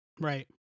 Right